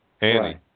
Annie